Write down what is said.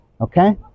okay